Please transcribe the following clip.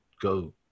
go